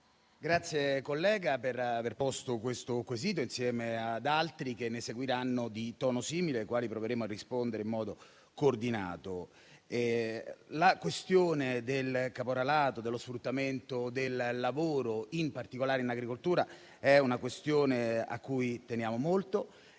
la collega per aver posto questo quesito insieme ad altri che ne seguiranno di tono simile, ai quali proveremo a rispondere in modo coordinato. Quella del caporalato e dello sfruttamento del lavoro in particolare in agricoltura sono questioni a cui teniamo molto